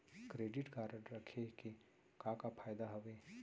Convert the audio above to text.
Credit card रखे के का का फायदा हवे?